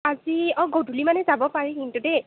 আজি অঁ গধূলি মানে যাব পাৰি কিন্তু দেই